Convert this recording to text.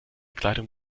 kleidung